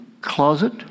closet